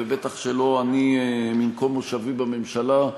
ובטח שלא אני ממקום מושבי ממשלה,